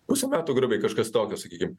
pusę metų grubiai kažkas tokio sakykim